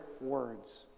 words